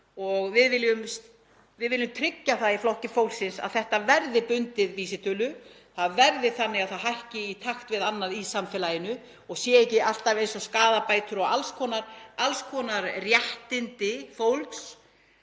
við viljum tryggja það í Flokki fólksins að þetta verði bundið vísitölu, það verði þannig að styrkirnir hækki í takt við annað í samfélaginu og séu ekki alltaf eins og skaðabætur og alls konar greiðslur